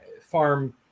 farm